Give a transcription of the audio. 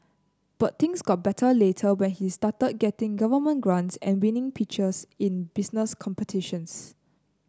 but things got better later when he started getting government grants and winning pitches in business competitions